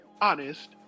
honest